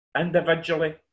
Individually